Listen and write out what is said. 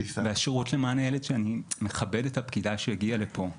אני מכבד את הפקידה שהגיעה לפה,